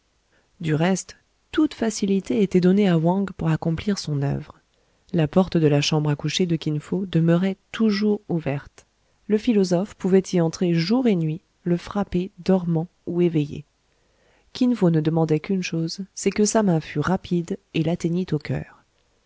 du reste toute facilité était donnée à wang pour accomplir son oeuvre la porte de la chambre à coucher de kin fo demeurait toujours ouverte le philosophe pouvait y entrer jour et nuit le frapper dormant ou éveillé kin fo ne demandait qu'une chose c'est que sa main fût rapide et l'atteignît au coeur